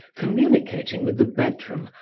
communicating with the bedroom,